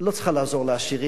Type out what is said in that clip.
לא צריכה לעזור לעשירים.